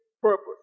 purpose